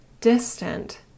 distant